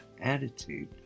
attitude